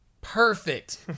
perfect